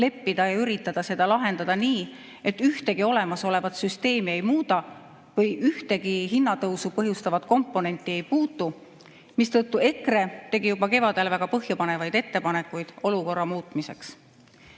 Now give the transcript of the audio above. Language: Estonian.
leppida ja üritada seda lahendada nii, et ühtegi olemasolevat süsteemi ei muuda või ühtegi hinnatõusu põhjustavat komponenti ei puutu. Seetõttu EKRE tegi juba kevadel väga põhjapanevaid ettepanekuid olukorra muutmiseks.